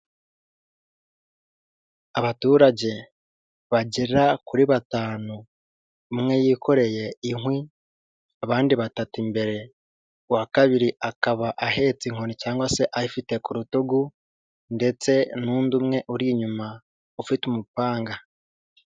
Abaturage bagera kuri batanu, umwe yikoreye inkwi, abandi batatu imbere, uwa kabiri akaba ahetse inkoni cyangwa se ayifite ku rutugu ndetse n'undi umwe uri inyuma ufite umupanga.